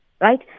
right